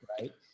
right